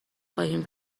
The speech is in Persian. خواهیم